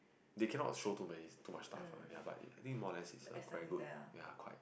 they cannot show too many too much stuff lah but I think more or less its a very good ya quite